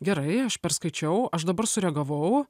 gerai aš perskaičiau aš dabar sureagavau